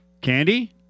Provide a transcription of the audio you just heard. Candy